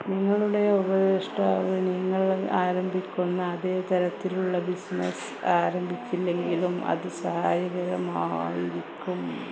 നിങ്ങളുടെ ഉപദേഷ്ടാവ് നിങ്ങൾ ആരംഭിക്കുന്ന അതേ തരത്തിലുള്ള ബിസിനസ്സ് ആരംഭിക്കില്ലെങ്കിലും അത് സഹായകരമായിരിക്കും